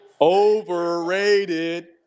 overrated